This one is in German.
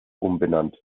umbenannt